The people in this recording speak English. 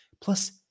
Plus